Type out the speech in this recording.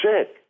sick